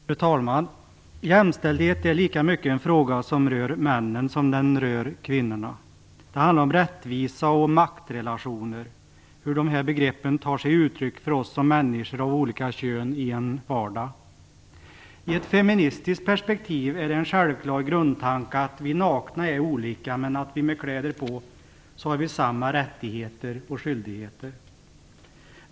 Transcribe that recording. Fru talman! Jämställdhet är en fråga som rör männen lika mycket som kvinnorna. Det handlar om rättvisa och maktrelationer och hur dessa begrepp tar sig uttryck för oss som människor av olika kön i en vardag. I ett feministiskt perspektiv är det en självklar grundtanke att vi är olika när vi är nakna men att vi med kläder på oss har samma rättigheter och skyldigheter.